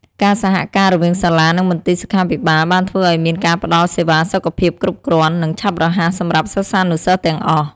ការសហការរវាងសាលា និងមន្ទីរសុខាភិបាលបានធ្វើឲ្យមានការផ្តល់សេវាសុខភាពគ្រប់គ្រាន់ និងឆាប់រហ័សសម្រាប់សិស្សានុសិស្សទាំងអស់។